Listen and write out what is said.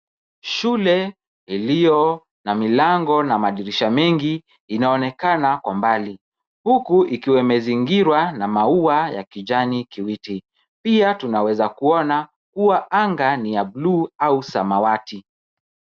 Shule iliyo na milango na madirisha mengi inaonekana kwa mbali. Huku ikiwa imezingirwa na maua ya kijani kibichi. Pia tunaweza kuona kuwa anga ni ya buluu au samawati.